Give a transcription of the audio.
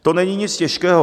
To není nic těžkého.